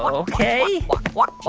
ok walk,